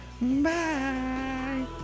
bye